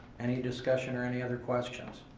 any discussion or any other questions?